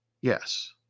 yes